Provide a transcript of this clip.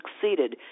succeeded